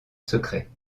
secret